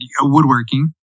woodworking